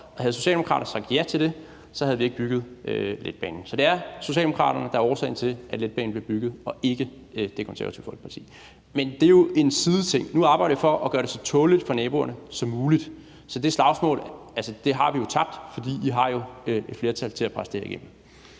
Og havde Socialdemokraterne sagt ja til det, havde vi ikke bygget letbanen. Så det er Socialdemokraterne, der er årsagen til, at letbanen blev bygget, og ikke Det Konservative Folkeparti. Men det er jo en sideting. Nu arbejder vi for at gøre det så tåleligt for naboerne som muligt, så det slagsmål har vi jo tabt, for I har jo et flertal til at presse det her igennem.